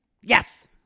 Yes